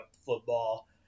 football